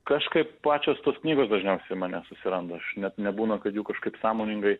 kažkaip pačios tos knygos dažniausiai mane susiranda aš net nebūna kad jų kažkaip sąmoningai